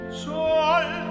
sol